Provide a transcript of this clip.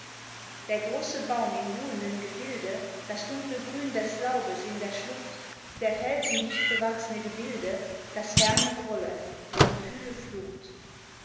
der große baum im ruhenden gefilde das dunkle grün des laubes in der schlucht der felsen dicht bewachsene gebilde das ferne grollen der gefühle flucht